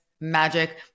magic